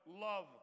love